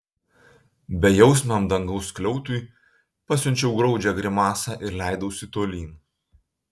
bejausmiam dangaus skliautui pasiunčiau graudžią grimasą ir leidausi tolyn